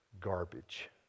garbage